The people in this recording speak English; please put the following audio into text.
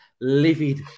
livid